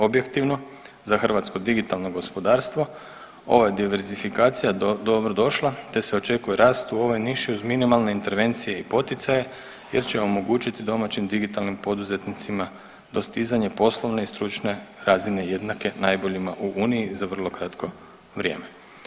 Objektivno, za hrvatsko digitalno gospodarstvo ova je diversifikacija dobro došla, te se očekuje rast u ovoj niši uz minimalne intervencije i poticaje jer će omogućit domaćim digitalnim poduzetnicama dostizanje poslovne i stručne razine jednake najboljima u uniji za vrlo kratko vrijeme.